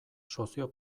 sozio